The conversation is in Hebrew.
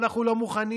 אנחנו לא מוכנים,